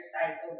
exercise